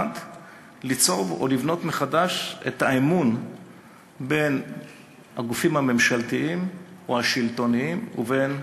1. כדי לבנות מחדש את האמון בין הגופים הממשלתיים או השלטוניים ובין